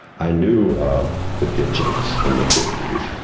i knew of the ditchings in the fifty s.